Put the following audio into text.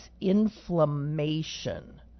inflammation